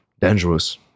dangerous